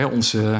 Onze